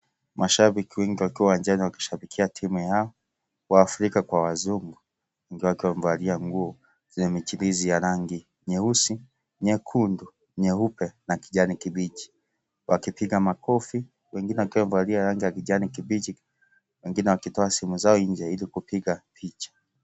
Mashabiki wengi wakiwa uwanjani wakishabikia timu yao, waafrika kwa wazungu wengi wakiwa wamevalia nguo zenye mijilisi ya rangi nyeusi, nyekundu, nyeupe na kijani kimbichi wakipiga makofi, wengine wakiwa wamevalia rangi ya kijani kibichi, wengine wakitoa simu zao nje ilikupiga picha.